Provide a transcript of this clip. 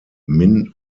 min